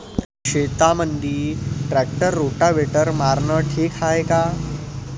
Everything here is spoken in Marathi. शेतामंदी ट्रॅक्टर रोटावेटर मारनं ठीक हाये का?